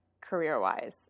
career-wise